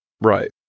right